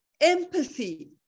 empathy